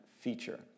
Feature